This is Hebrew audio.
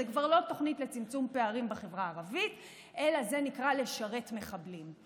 זה כבר לא תוכנית לצמצום פערים בחברה הערבית אלא זה נקרא לשרת מחבלים.